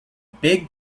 big